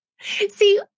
see